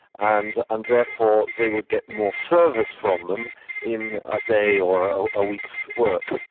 and and therefore they would get more service from them in a day or ah a week's work.